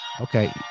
okay